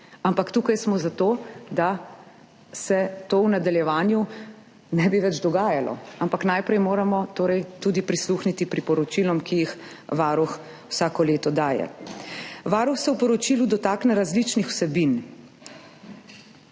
Tukaj smo zato, da se to v nadaljevanju ne bi več dogajalo. Ampak najprej moramo torej tudi prisluhniti priporočilom, ki jih Varuh vsako leto daje. Varuh se v poročilu dotakne različnih vsebin,